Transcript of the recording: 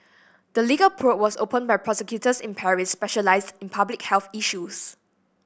the legal probe was opened by prosecutors in Paris specialised in public health issues